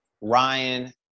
Ryan